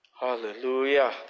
Hallelujah